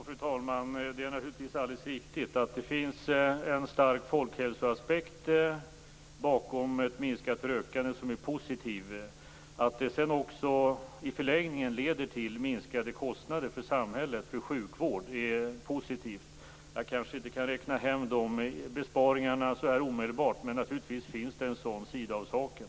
Fru talman! Det är naturligtvis riktigt att det finns en stark folkhälsoaspekt som är positiv bakom ett minskat rökande. Att det sedan också i förlängningen leder till minskade kostnader för samhället i fråga om sjukvård är positivt. Jag kanske inte kan räkna hem de besparingarna så här omedelbart. Men naturligtvis finns det en sådan sida av saken.